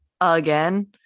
again